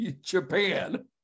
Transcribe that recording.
japan